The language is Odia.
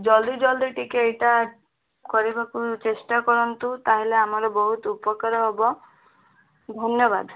ଜଲ୍ଦି ଜଲ୍ଦି ଟିକେ ଏଇଟା କରିବାକୁ ଚେଷ୍ଟା କରନ୍ତୁ ତାହାଲେ ଆମର ବହୁତ ଉପକାର ହେବ ଧନ୍ୟବାଦ